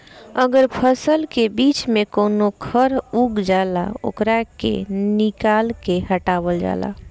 अगर फसल के बीच में कवनो खर उग जाला ओकरा के निकाल के हटावल जाला